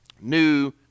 new